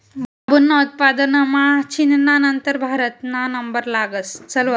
बांबूना उत्पादनमा चीनना नंतर भारतना नंबर लागस